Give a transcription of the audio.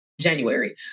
January